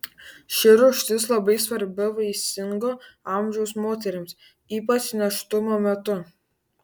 ši rūgštis labai svarbi vaisingo amžiaus moterims ypač nėštumo metu